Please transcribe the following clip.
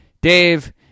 Dave